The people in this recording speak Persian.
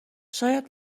شاید